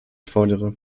fordere